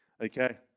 Okay